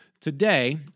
Today